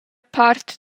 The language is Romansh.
part